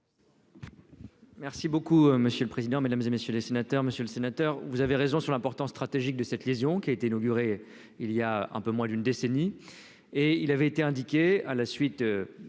Merci beaucoup monsieur le président, Mesdames et messieurs les sénateurs, monsieur le sénateur, vous avez raison sur l'importance stratégique de cette lésion qui a été inauguré il y a un peu moins d'une décennie et il avait été indiqué à la suite